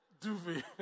duvet